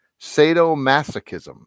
sadomasochism